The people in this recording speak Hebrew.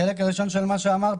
לגבי החלק הראשון של מה שאמרת